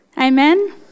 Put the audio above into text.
Amen